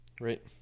Right